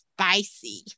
spicy